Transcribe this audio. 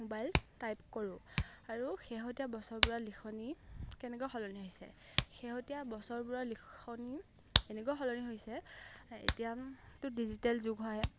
mobile type কৰোঁ আৰু শেহতীয়া বছৰবোৰত লিখনি কেনেকৈ সলনি হৈছে শেহতীয়া বছৰবোৰত লিখনি এনেকুৱাকৈ সলনি হৈছে এতিয়াতো ডিজিটেল যুগ হয়